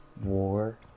war